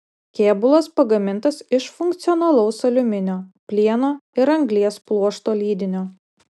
kėbulas pagamintas iš funkcionalaus aliuminio plieno ir anglies pluošto lydinio